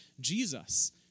Jesus